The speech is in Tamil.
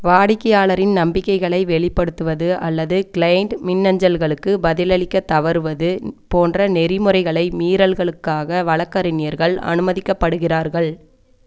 வாடிக்கையாளரின் நம்பிக்கைகளை வெளிப்படுத்துவது அல்லது கிளையண்ட் மின்னஞ்சல்களுக்கு பதிலளிக்க தவறுவது போன்ற நெறிமுறைகளை மீறல்களுக்காக வழக்கறிஞர்கள் அனுமதிக்கப்படுகிறார்கள்